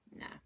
no